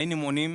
היינו מונעים